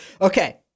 Okay